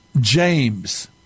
James